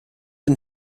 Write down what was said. den